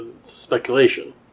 Speculation